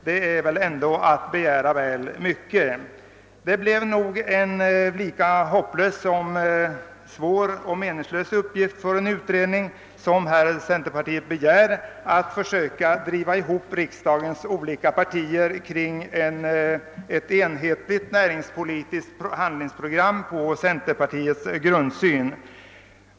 Det skulle säkert bli en svår för att inte säga omöjlig uppgift för den utredning som centerpartiet begär att driva ihop riksdagens partier till ett enhälligt näringspolitiskt handlingsprogram med centerpartiets grundsyn.